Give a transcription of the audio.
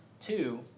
Two